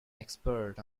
expert